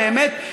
באמת,